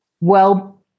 well-